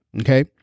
okay